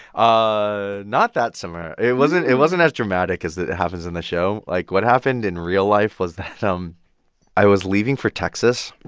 ah not that similar. it wasn't it wasn't as dramatic as it happens in the show. like, what happened in real life was that um i was leaving for texas,